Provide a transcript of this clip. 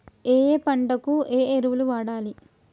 ఏయే పంటకు ఏ ఎరువులు వాడాలి?